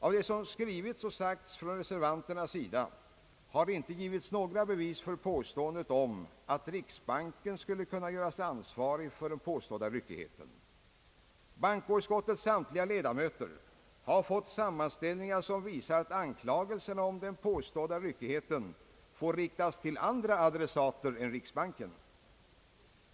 Av vad som skrivits och sagts från reservanterna har det inte givits några bevis för påståendet, att riksbanken skulle kunna göras ansvarig för den påstådda ryckigheten. Bankoutskottets samtliga ledamöter har fått sammanställningar, som visar att anklagelserna om ryckighet får riktas till andra adressater än riksbanken.